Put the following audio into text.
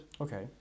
Okay